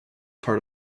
part